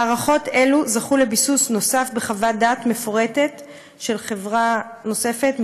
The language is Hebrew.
הערכות אלו זכו לביסוס נוסף בחוות דעת מפורטת של חברה נוספת,